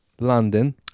London